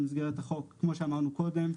במסגרת החוק וכמו שאמרנו קודם,